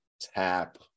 tap